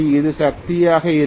இது சக்தியாக இருக்கும்